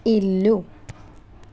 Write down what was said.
ఇల్లు